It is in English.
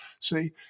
See